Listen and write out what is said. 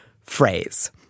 phrase